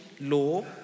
law